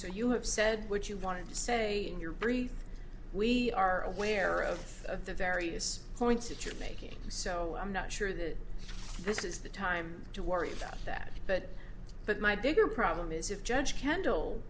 so you have said what you want to say in your brief we are aware of of the various points that you're making so i'm not sure that this is the time to worry about that but but my bigger problem is if judge kendal